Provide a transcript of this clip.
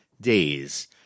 days